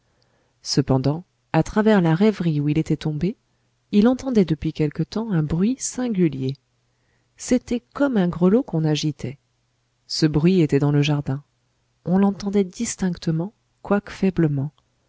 cependant à travers la rêverie où il était tombé il entendait depuis quelque temps un bruit singulier c'était comme un grelot qu'on agitait ce bruit était dans le jardin on l'entendait distinctement quoique faiblement